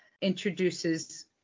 introduces